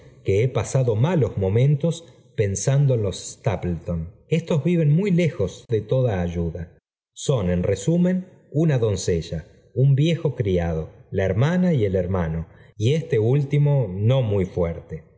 que he pasado malos momentos pensando en los stapleton estos viven muy lejos de toda ayuda son en resumen una doncella un viejo criado la hermana y el hermano y este último no muy fuerte